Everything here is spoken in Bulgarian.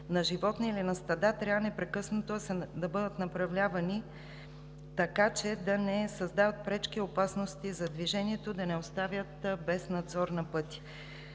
на животни или на стада трябва непрекъснато да бъдат направлявани, така че да не създават пречки и опасности за движението, да не остават без надзор на пътя.